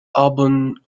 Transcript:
auburn